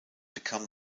become